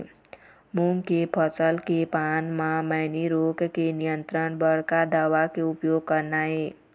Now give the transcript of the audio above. मूंग के फसल के पान म मैनी रोग के नियंत्रण बर का दवा के उपयोग करना ये?